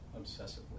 obsessively